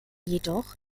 jedoch